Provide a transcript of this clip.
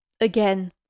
Again